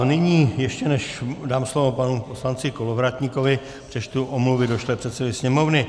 Nyní, ještě než dám slovo panu poslanci Kolovratníkovi, přečtu omluvy došlé předsedovi Sněmovny.